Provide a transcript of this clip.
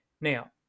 Now